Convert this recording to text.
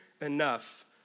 enough